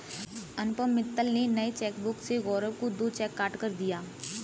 अनुपम मित्तल ने नए चेकबुक से गौरव को दो चेक काटकर दिया